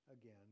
again